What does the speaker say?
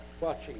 watching